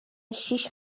شیش